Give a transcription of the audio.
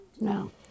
No